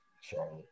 Charlotte